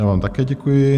Já vám také děkuji.